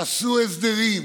עשו הסדרים,